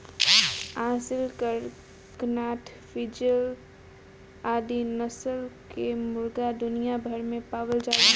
Aseel, Kadaknath, frizzle आदि नस्ल कअ मुर्गा दुनिया भर में पावल जालन